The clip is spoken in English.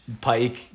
pike